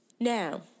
Now